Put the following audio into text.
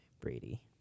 Brady